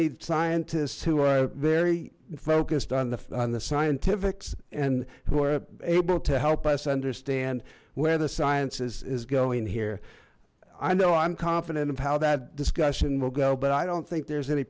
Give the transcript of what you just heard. need scientists who are very focused on the scientific and who are able to help us understand where the sciences is going here i know i'm confident of how that discussion will go i don't think there's any